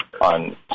on